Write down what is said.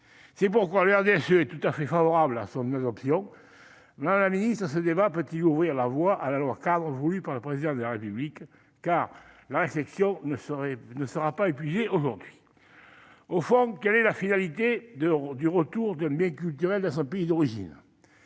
pays d'origine. Le RDSE est tout à fait favorable à son adoption. Madame la secrétaire d'État, ce débat peut-il ouvrir la voie à la loi-cadre voulue par le Président de la République ? La réflexion, en effet, ne sera pas épuisée aujourd'hui ... Au fond, quelle est la finalité du retour d'un bien culturel dans son pays d'origine ?